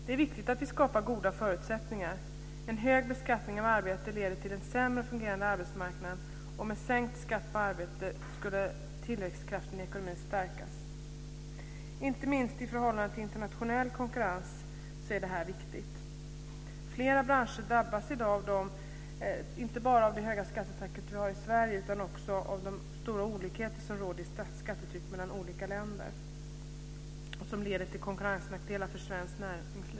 Det är viktigt att vi skapar goda förutsättningar. En hög beskattning av arbete leder till en sämre fungerande arbetsmarknad, och med sänkt skatt på arbete skulle tillväxtkraften i ekonomin stärkas. Inte minst i förhållande till internationell konkurrens är det här viktigt. Flera branscher drabbas i dag inte bara av det höga skattetryck som vi har i Sverige utan också av de stora olikheter som råder i fråga om skattetryck mellan olika länder, som leder till konkurrensnackdelar för svenskt näringsliv.